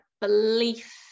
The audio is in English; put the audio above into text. belief